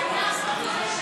להצבעה, ברשותכם.